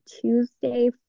Tuesday